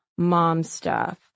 MomStuff